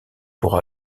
pour